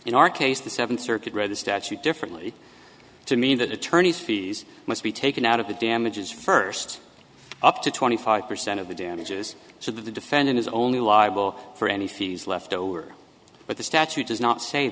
in our case the seventh circuit read the statute differently to mean that attorneys fees must be taken out of the damages first up to twenty five percent of the damages so that the defendant is only liable for any fees left over but the statute does not say